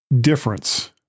difference